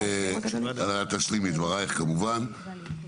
את תשלימי את דבריך, כמובן.